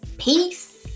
Peace